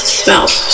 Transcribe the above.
smells